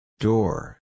Door